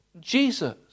Jesus